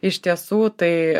iš tiesų tai